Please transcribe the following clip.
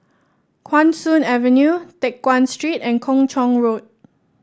Guan Soon Avenue Teck Guan Street and Kung Chong Road